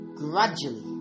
Gradually